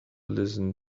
listen